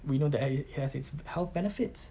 we know that i~ it has its health benefits